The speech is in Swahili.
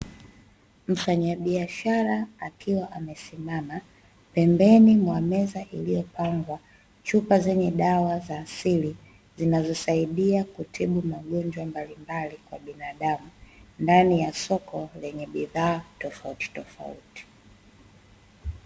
Mfanyabiashara akiwa amesimama pembeni mwa meza iliyopangwa chupa zenye dawa za asili zinazosaidia kutibu magonjwa mbalimbali kwa binadamu ndani ya soko lenye bidhaa tofauti tofauti.